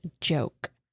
joke